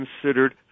considered